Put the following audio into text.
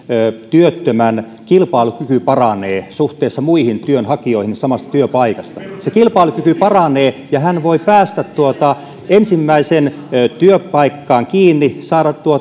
työttömän kilpailukyky paranee suhteessa muihin työnhakijoihin samasta työpaikasta se kilpailukyky paranee ja hän voi päästä ensimmäiseen työpaikkaan kiinni saada